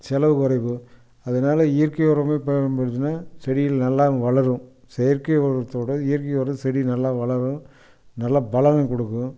செலவு குறைவு அதனால் இயற்கை உரமே பயன்படுத்துன்னால் செடிகள் நல்லா வளரும் செயற்கை உரத்தோட இயற்கை உரம் செடி நல்லா வளரும் நல்லா பலனும் கொடுக்கும்